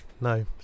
no